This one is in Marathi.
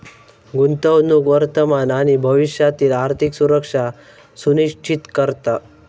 गुंतवणूक वर्तमान आणि भविष्यातील आर्थिक सुरक्षा सुनिश्चित करता